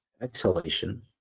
exhalation